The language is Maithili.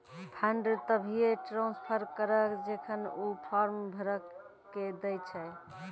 फंड तभिये ट्रांसफर करऽ जेखन ऊ फॉर्म भरऽ के दै छै